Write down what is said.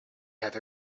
have